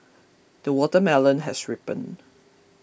the watermelon has ripened